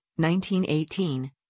1918